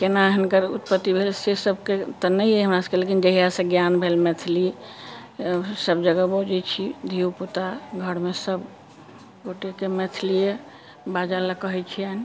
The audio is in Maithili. केना हिनकर उत्पत्ति भेल से सभके तऽ नहि अछि हमरा सभके लेकिन जहियासँ ज्ञान भेल मैथिली सभ जगह बजै छी धियो पुता घरमे सभ गोटेके मैथलियै बाजै लेल कहै छियनि